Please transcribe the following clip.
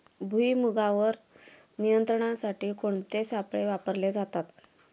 भुईमुगावर नियंत्रणासाठी कोणते सापळे वापरले जातात?